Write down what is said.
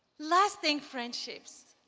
lasting friendships,